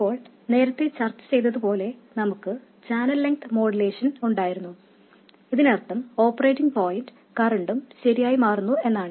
ഇപ്പോൾ നേരത്തെ ചർച്ച ചെയ്തതുപോലെ നമുക്ക് ചാനൽ ലെങ്ത് മോഡുലേഷൻ ഉണ്ടായിരുന്നു എന്നതിനർത്ഥം ഓപ്പറേറ്റിംഗ് പോയിന്റ് കറന്റും ശരിയായി മാറുന്നു എന്നാണ്